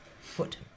Foot